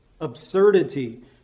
absurdity